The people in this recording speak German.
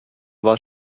war